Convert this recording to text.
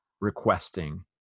requesting